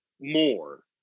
more